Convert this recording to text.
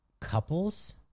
couples